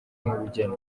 n’ubugeni